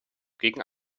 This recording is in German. gegen